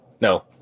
no